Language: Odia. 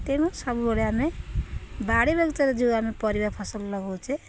ତେଣୁ ସବୁବେଳେ ଆମେ ବାଡ଼ି ବଗିଚାରେ ଯେଉଁ ଆମେ ପରିବା ଫସଲ ଲଗଉଛେ